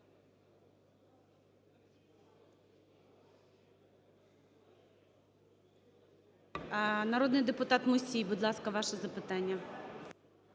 Народний депутат Мусій, будь ласка, ваше запитання.